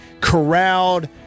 corralled